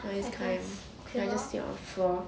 well this kind can just sleep on the floor